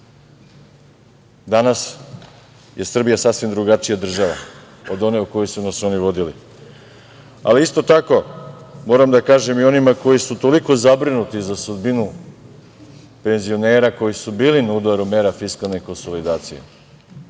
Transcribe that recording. je Srbija sasvim drugačija država od one u koju su nas oni uvodili. Isto tako, moram da kažem i onima koji su toliko zabrinuti za sudbinu penzionera koji su bili na udaru mera fiskalne konsolidacije